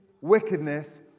wickedness